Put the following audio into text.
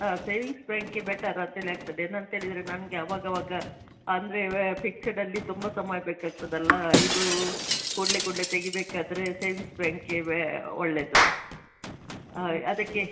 ಹಾಂ ಸೇವಿಂಗ್ಸ್ ಬ್ಯಾಂಕೆ ಬೆಟರ್ ಅಂತೇಳಿ ಆಗ್ತದೆ ಏನಂತ ಹೇಳಿದರೆ ನನಗೆ ಅವಾಗಾವಾಗ ಅಂದರೆ ಫಿಕ್ಸೆಡಲ್ಲಿ ತುಂಬ ಸಮಯ ಬೇಕಾಗ್ತದಲ್ಲಇದು ಕೂಡಲೇ ಕೂಡಲೇ ತೆಗಿಬೇಕಾದರೆ ಸೇವಿಂಗ್ಸ್ ಬ್ಯಾಂಕೇ ಒಳ್ಳೆಯದು ಹಾಂ ಅದಕ್ಕೆ